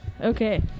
Okay